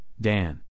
Dan